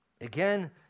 Again